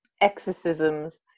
exorcisms